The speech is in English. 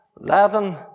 eleven